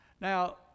Now